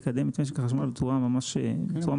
יקדם את משק החשמל בצורה ממש משמעותית.